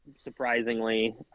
Surprisingly